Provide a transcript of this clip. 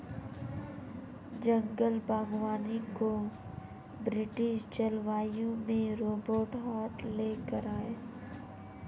जंगल बागवानी को ब्रिटिश जलवायु में रोबर्ट हार्ट ले कर आये